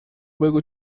بگو